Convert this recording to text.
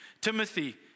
Timothy